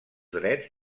drets